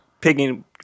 picking